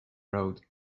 road